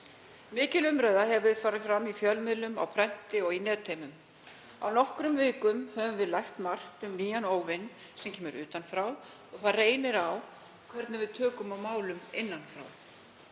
Mikil umræða hefur farið fram í fjölmiðlum, á prenti og í netheimum. Á nokkrum vikum höfum við lært margt um nýjan óvin sem kemur utan frá. Og það reynir á hvernig við tökum á málum innan frá.